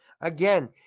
Again